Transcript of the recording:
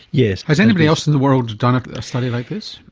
yes. has anybody else in the world done a study like this?